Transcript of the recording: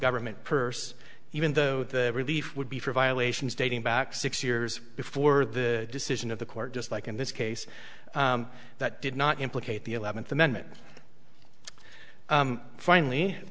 government purse even though the relief would be for violations dating back six years before the decision of the court just like in this case that did not implicate the eleventh amendment finally